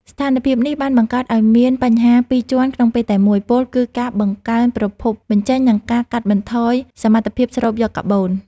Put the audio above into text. ស្ថានភាពនេះបានបង្កើតឱ្យមានបញ្ហាពីរជាន់ក្នុងពេលតែមួយ ពោលគឺការបង្កើនប្រភពបញ្ចេញ និងការកាត់បន្ថយសមត្ថភាពស្រូបយកកាបូន។